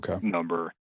number